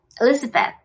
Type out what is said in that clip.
Elizabeth